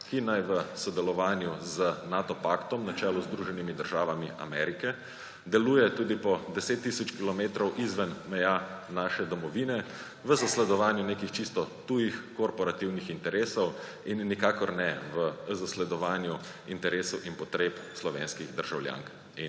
ki naj v sodelovanju z Nato paktom, na čelu z Združenimi državami Amerike, deluje tudi po 10 tisoč kilometrov izven meja naše domovine, v zasledovanju nekih čisto tujih korporativnih interesov in nikakor ne v zasledovanju interesov in potreb slovenskih državljank